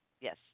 Yes